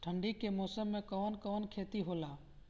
ठंडी के मौसम में कवन कवन खेती होला?